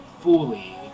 fully